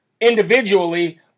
individually